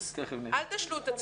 אל תשלו את עצמכם.